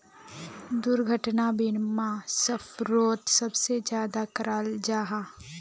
दुर्घटना बीमा सफ़रोत सबसे ज्यादा कराल जाहा